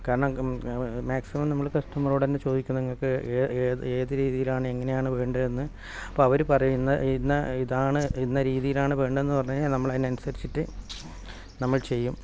കാരണം മാക്സിമം നമ്മൾ കസ്റ്റമർറോട് തന്നെ ചോദിക്കും നിങ്ങൾക്ക് ഏ ഏത് രീതിയിലാണ് എങ്ങനെയാണ് വേണ്ടതെന്ന് അപ്പം അവർ പറയുന്ന ഇന്ന ഇതാണ് ഇന്ന രീതിയിലാണ് വേണ്ടതെന്ന് പറഞ്ഞുകഴിഞ്ഞാൽ നമ്മളതിനനുസരിച്ചിട്ട് നമ്മൾ ചെയ്യും